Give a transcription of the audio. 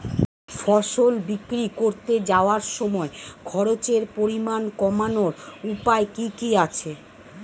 ফসল বিক্রি করতে যাওয়ার সময় খরচের পরিমাণ কমানোর উপায় কি কি আছে?